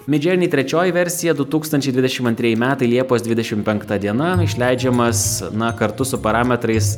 midjourney trečioji versija du tūkstančiai dvidešim antrieji metai liepos dvidešimt penkta diena išleidžiamas na kartu su parametrais